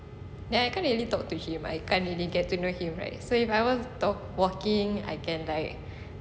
then I can't really talk to him I can't really get to know him right so if I was talk walking I can like